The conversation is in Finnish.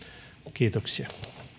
kiitoksia